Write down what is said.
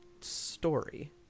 story